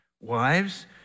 Wives